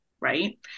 right